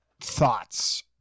thoughts